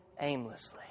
aimlessly